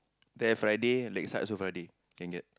there Friday Lakeside also Friday can get